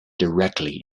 directly